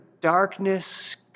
darkness